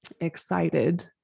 excited